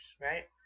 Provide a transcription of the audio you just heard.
right